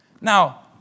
Now